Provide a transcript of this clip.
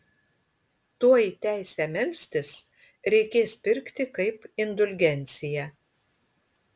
tuoj teisę melstis reikės pirkti kaip indulgenciją